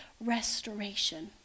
restoration